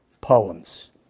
poems